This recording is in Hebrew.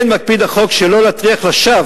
כן מקפיד החוק שלא להטריח לשווא